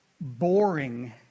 boring